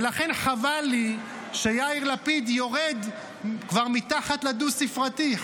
ולכן חבל לי שיאיר לפיד יורד כבר מתחת לדו-ספרתי.